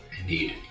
indeed